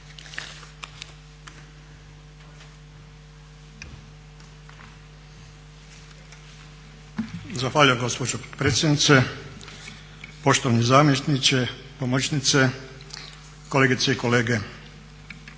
Zahvaljujem gospođo potpredsjednice. Poštovani zamjeniče, pomoćnice, kolegice i kolege.